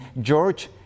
George